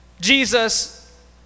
Jesus